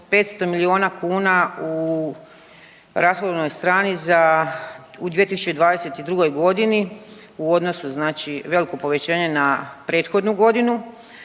500 miliona kuna u razvojnoj strani za, u 2022. godinu u odnosu znači veliko povećanje na prethodnu godinu